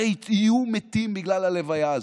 הרי יהיו מתים בגלל הלוויה הזאת,